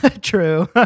True